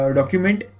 document